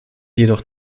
jedoch